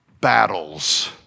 battles